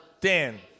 Dan